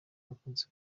bakunze